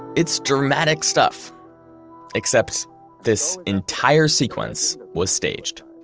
it's dramatic stuff except this entire sequence was staged.